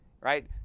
right